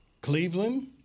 Cleveland